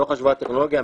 לא חשובה הטכנולוגיה,